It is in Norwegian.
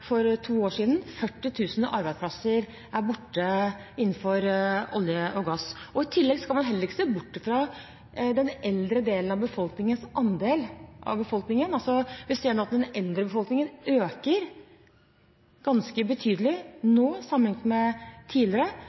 for to år siden. 40 000 arbeidsplasser er borte innenfor olje og gass. I tillegg skal man heller ikke se bort fra andelen eldre i befolkningen. Vi ser nå at den eldre befolkningen øker ganske betydelig sammenlignet med tidligere,